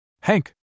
Hank